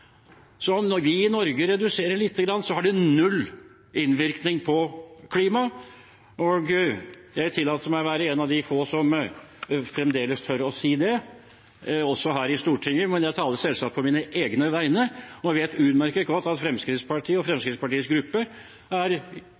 Så om vi i Norge reduserer lite grann, har det null innvirkning på klimaet. Jeg tillater meg å være en av de få som fremdeles tør å si dette også her i Stortinget, men jeg taler selvsagt på mine egne vegne og vet utmerket godt at Fremskrittspartiet og Fremskrittspartiets gruppe er